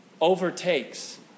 overtakes